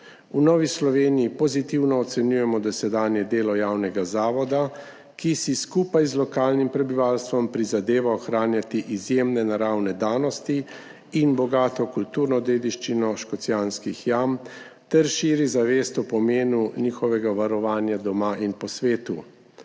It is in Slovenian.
V Novi Sloveniji pozitivno ocenjujemo dosedanje delo javnega zavoda, ki si skupaj z lokalnim prebivalstvom prizadeva ohranjati izjemne naravne danosti in bogato kulturno dediščino Škocjanskih jam ter širi zavest o pomenu njihovega varovanja doma in po svetu.